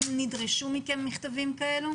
נדרשו מכם מכתבים כאלה?